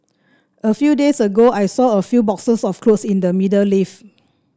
a few days ago I saw a few boxes of cloth in the middle lift